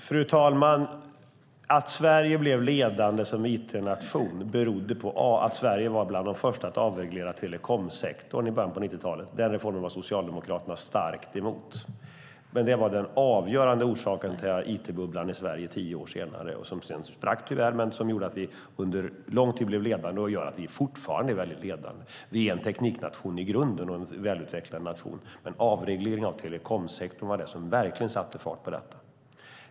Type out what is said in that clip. Fru talman! Att Sverige blev ledande som it-nation berodde på att Sverige var bland de första att avreglera telekomsektorn i början av 90-talet. Den reformen var Socialdemokraterna starkt emot. Det var den avgörande orsaken till it-bubblan i Sverige tio år senare. Den sprack tyvärr sedan, men den gjorde att vi under lång tid var ledande och gör att vi fortfarande är ledande. Vi är en tekniknation i grunden och en välutvecklad nation. Men avregleringen av telekomsektorn var det som verkligen satte fart på detta.